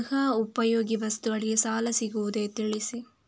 ಗೃಹ ಉಪಯೋಗಿ ವಸ್ತುಗಳಿಗೆ ಸಾಲ ಸಿಗುವುದೇ ತಿಳಿಸಿ?